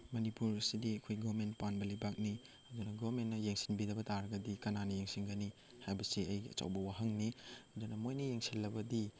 ꯃꯅꯤꯄꯨꯔꯁꯤꯗꯤ ꯑꯩꯈꯣꯏ ꯒꯚꯔꯟꯃꯦꯟ ꯄꯥꯟꯕ ꯂꯩꯉꯥꯛꯅꯤ ꯑꯗꯨꯅ ꯒꯚꯔꯟꯃꯦꯟꯅ ꯌꯦꯡꯁꯤꯟꯕꯤꯗꯕ ꯇꯥꯔꯒꯗꯤ ꯀꯅꯥꯅ ꯌꯦꯡꯁꯤꯟꯒꯅꯤ ꯍꯥꯏꯕꯁꯤ ꯑꯩꯒꯤ ꯑꯆꯧꯕ ꯋꯥꯍꯪꯅꯤ ꯑꯗꯨꯅ ꯃꯣꯏꯅ ꯌꯦꯡꯁꯤꯜꯂꯕꯗꯤ